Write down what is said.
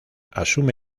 asume